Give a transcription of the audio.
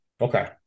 Okay